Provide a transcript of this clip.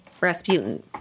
Rasputin